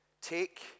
take